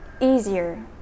easier